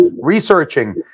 researching